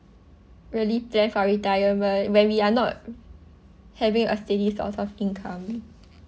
really plan for retirement when we are not having a steady source of income